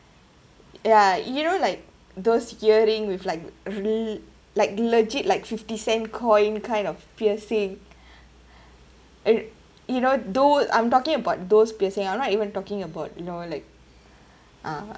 ya you know like those earring with like really like legit like fifty cent coin kind of piercing uh you know tho~ I'm talking about those piercing I'm not even talking about you know like uh